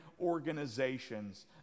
organizations